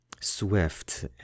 swift